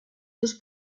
seus